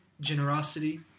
generosity